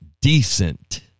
decent